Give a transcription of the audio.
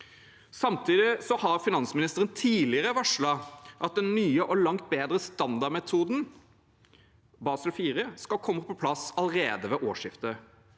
om deres lån. Finansministeren har tidligere varslet at den nye og langt bedre standardmetoden Basel IV skal komme på plass allerede ved årsskiftet.